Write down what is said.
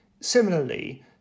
Similarly